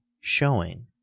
showing